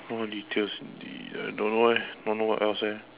more details on the don't know eh don't know what else eh